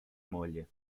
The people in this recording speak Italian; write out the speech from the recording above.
moglie